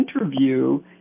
interview